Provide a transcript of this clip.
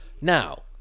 now